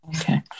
Okay